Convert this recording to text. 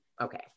Okay